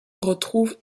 retrouve